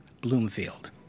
Bloomfield